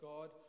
God